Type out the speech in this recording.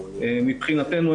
מבחינתנו,